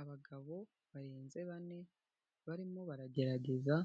Abagabo barenze bane barimo baragerageza